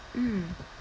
mm